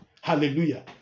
Hallelujah